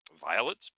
violets